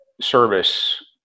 service